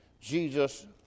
Jesus